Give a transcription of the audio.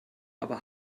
aber